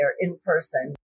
in-person